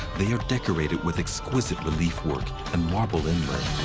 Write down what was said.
they are decorated with exquisite relief work and marble inlay.